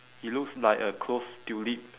it looks like a closed tulip